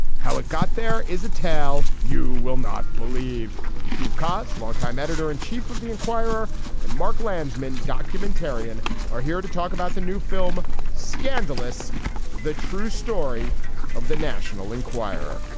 how it got there is a tale you will not believe steve cost longtime editor in chief of the enquirer and mark landsman documentarian are here to talk about the new film scandalous the true story of the national enquirer